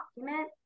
document